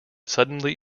suddenly